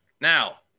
now